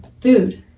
food